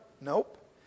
Nope